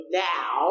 now